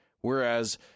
whereas